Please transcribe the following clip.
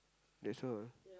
that's all